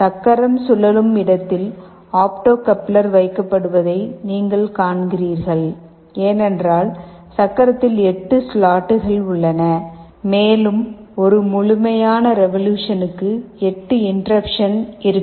சக்கரம் சுழலும் இடத்தில் ஆப்டோ கப்ளர் வைக்கப்படுவதை நீங்கள் காண்கிறீர்கள் ஏனென்றால் சக்கரத்தில் 8 ஸ்லாட்கள் உள்ளன மேலும் ஒரு முழுமையான ரெவொலுஷன்க்கு 8 இன்டெர்ருப்சன் இருக்கும்